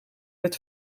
het